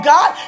God